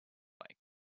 like